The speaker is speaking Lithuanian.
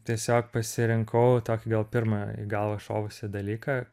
tiesiog pasirinkau tokį gal pirmą į galvą šovusį dalyką